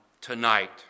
tonight